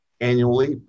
annually